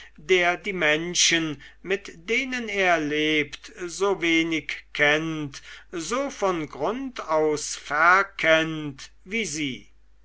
der die menschen mit denen er lebt so wenig kennt so von grund aus verkennt wie sie